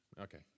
okay